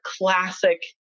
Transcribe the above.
classic